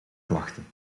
klachten